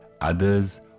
others